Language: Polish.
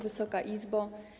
Wysoka Izbo!